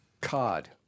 cod